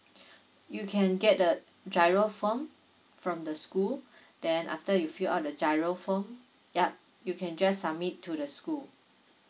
you can get the GIRO form from the school then after you fill up the GIRO form yup you can just submit to the school